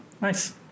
Nice